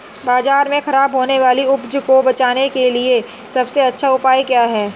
बाजार में खराब होने वाली उपज को बेचने के लिए सबसे अच्छा उपाय क्या है?